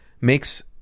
makes